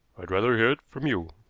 i'd rather hear it from you.